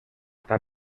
està